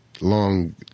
Long